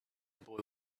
boy